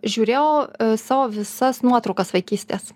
žiūrėjau savo visas nuotraukas vaikystės